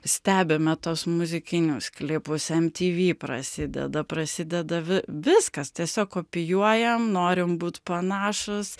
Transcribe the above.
stebime tuos muzikinius klipus mtv prasideda prasideda vi viskas tiesiog kopijuojam norim būt panašūs